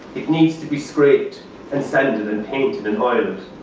it needs to be scraped and sanded and painted and oiled.